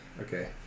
Okay